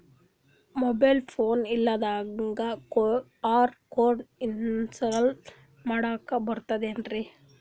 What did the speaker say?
Mobile phone ಇಲ್ದಂಗ QR code install ಮಾಡ್ಲಕ ಬರ್ತದೇನ್ರಿ?